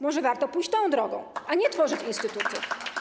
Może warto pójść tą drogą, a nie tworzyć instytuty.